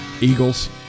Eagles